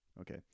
Okay